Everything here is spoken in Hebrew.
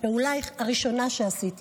הפעולה הראשונה שעשיתי